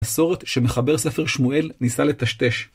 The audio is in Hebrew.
מסורת שמחבר ספר שמואל ניסה לטשטש.